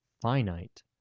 finite